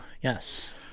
Yes